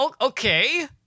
okay